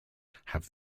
have